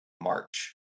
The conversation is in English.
March